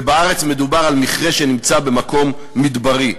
ובארץ מדובר על מכרה שנמצא במקום מדברי.